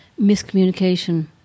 miscommunication